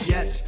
Yes